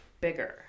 bigger